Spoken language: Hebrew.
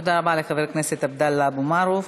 תודה רבה, חבר הכנסת עבדאללה אבו מערוף.